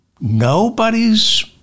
Nobody's